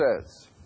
says